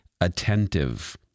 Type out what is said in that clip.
attentive